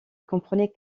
comprenait